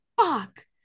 fuck